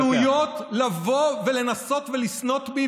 הזדמנויות לבוא ולנסות לסנוט בי,